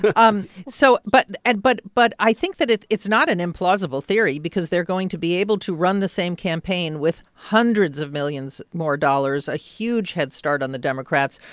but um so but and but but i think that it's it's not an implausible theory because they're going to be able to run the same campaign with hundreds of millions more dollars, a huge head start on the democrats,